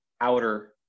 outer